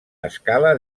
escala